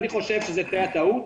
אני חושב שזו תהיה טעות.